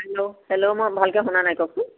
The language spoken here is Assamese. হেল্ল' হেল্ল' মই ভালকৈ শুনা নাই কওকচোন